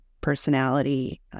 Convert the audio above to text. personality